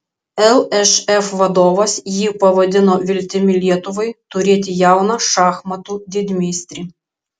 lšf vadovas jį pavadino viltimi lietuvai turėti jauną šachmatų didmeistrį